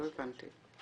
לא הבנתי.